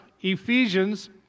Ephesians